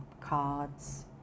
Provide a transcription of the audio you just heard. cards